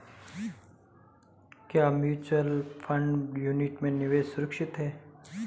क्या mutual fund unit में निवेश सुरक्षित है?